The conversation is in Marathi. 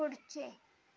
पुढचे